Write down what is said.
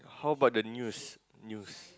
how about the news news